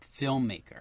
filmmaker